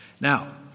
Now